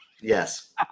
Yes